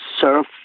surf